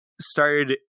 started